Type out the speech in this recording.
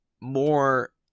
More